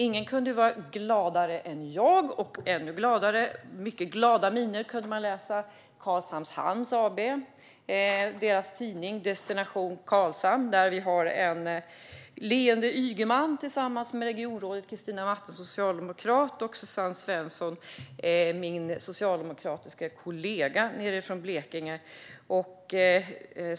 Ingen kunde vara gladare än jag. Många glada reaktioner kunde man också läsa om i Karlshamns Hamn AB:s tidning Destination Karlshamn. Där kunde man se en leende Ygeman tillsammans med regionrådet, socialdemokraten Christina Mattisson, och Suzanne Svensson, min socialdemokratiska kollega från Blekinge.